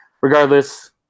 regardless